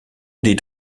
did